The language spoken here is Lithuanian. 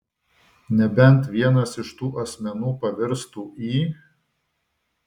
nebent vienas iš tų asmenų pavirstų į